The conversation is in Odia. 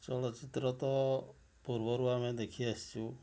ଚଳଚ୍ଚିତ୍ରତ ପୂର୍ବରୁ ଆମେ ଦେଖି ଆସିଛୁ